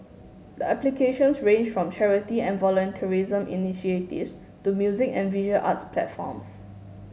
the applications ranged from charity and volunteerism initiatives to music and visual arts platforms